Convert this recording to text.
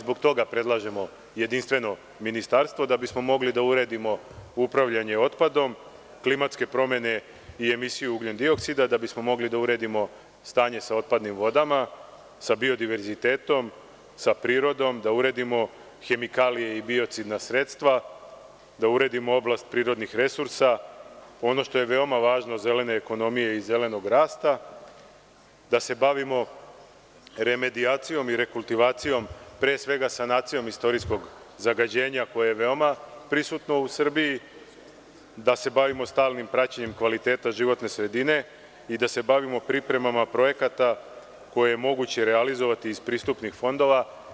Zbog toga predlažemo jedinstveno ministarstvo da bismo mogli da uredimo upravljanje otpadom, klimatske promene i emisiju ugljendioksida, da bismo mogli da uredimo stanje sa otpadnim vodama, sa biodiverzitetom, sa prirodom, da uredimo hemikalije i biocidna sredstva, da uredimo oblast prirodnih resursa, ono što je veoma važno zelene ekonomije i zelenog rasta, da se bavimo remedijacijom i rekultivacijom, pre svega sanacijom istorijskog zagađenja koje je veoma prisutno u Srbiji, da se bavimo stalnim praćenjem kvaliteta životne sredine i da se bavimo pripremom projekata koje je moguće realizovati iz pristupnih fondova.